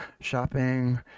shopping